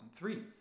2003